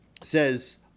says